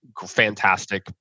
fantastic